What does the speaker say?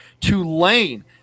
Tulane